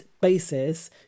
basis